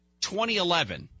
2011